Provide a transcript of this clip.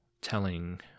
telling